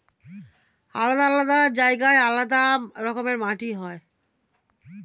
আলাদা আলাদা জায়গায় আলাদা রকমের মাটি হয়